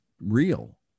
real